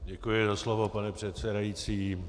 Děkuji za slovo, pane předsedající.